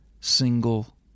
single